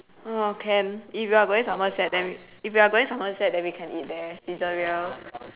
oh can if you're going somerset then if you're going somerset then we can eat there Saizeriya